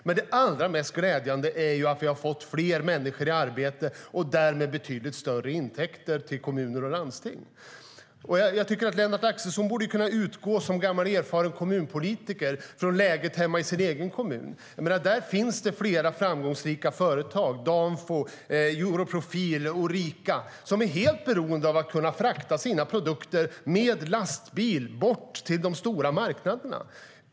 Men det allra mest glädjande är att vi har fått fler människor i arbete och därmed betydligt större intäkter till kommuner och landsting. Jag tycker att Lennart Axelsson som gammal erfaren kommunpolitiker borde kunna utgå från läget hemma i sin egen kommun. Där finns det flera framgångsrika företag - Danfo, Europrofil och Orica - som är helt beroende av att kunna frakta sina produkter med lastbil till de stora marknaderna.